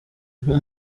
uyu